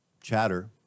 chatter